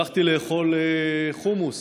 והלכתי לאכול חומוס